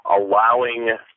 allowing